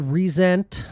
resent